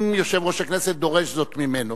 אם יושב-ראש הכנסת דורש זאת ממנו.